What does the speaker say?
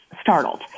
startled